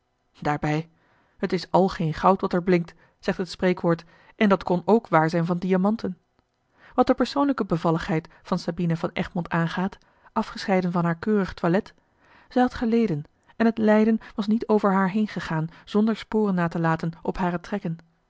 daarbij het is al geen goud wat er blinkt zegt het spreekwoord en dat kon ook waar zijn van diamanten wat de persoonlijke bevalligheid van sabina van egmond aangaat afgescheiden van haar keurig toilet zij had geleden en het lijden was niet over haar heengegaan zonder sporen na te laten op hare trekken